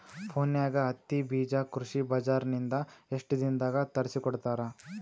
ಫೋನ್ಯಾಗ ಹತ್ತಿ ಬೀಜಾ ಕೃಷಿ ಬಜಾರ ನಿಂದ ಎಷ್ಟ ದಿನದಾಗ ತರಸಿಕೋಡತಾರ?